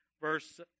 Verse